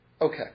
Okay